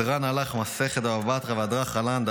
הדרן עלך מסכת בבא בתרא והדרך עלן.